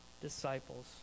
disciples